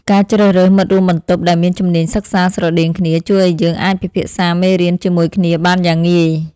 ការជ្រើសរើសមិត្តរួមបន្ទប់ដែលមានជំនាញសិក្សាស្រដៀងគ្នាជួយឱ្យយើងអាចពិភាក្សាមេរៀនជាមួយគ្នាបានយ៉ាងងាយ។